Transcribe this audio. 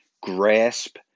grasp